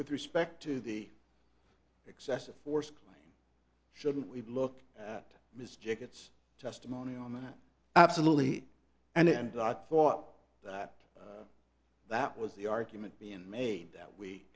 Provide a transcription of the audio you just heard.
with respect to the excessive force claim shouldn't we look at miss jackets testimony on that absolutely and i thought that that was the argument being made that we